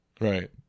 Right